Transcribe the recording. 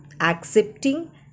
Accepting